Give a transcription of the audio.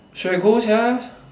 should have go sia